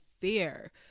fear